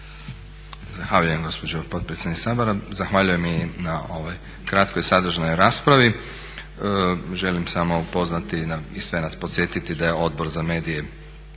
Zahvaljujem gospođo potpredsjednice Sabora, zahvaljujem i na ovoj kratkoj, sadržajnoj raspravi. Želim samo upoznati i sve nas podsjetiti da je Odbor za medije